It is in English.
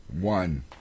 One